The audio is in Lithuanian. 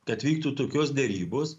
kad vyktų tokios derybos